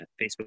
Facebook